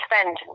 spend